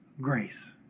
grace